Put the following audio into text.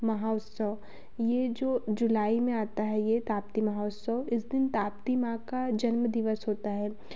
महोत्सव यह जो जुलाई में आता है यह ताप्ती महोत्सव इस दिन ताप्ती माँ का जन्म दिवस होता है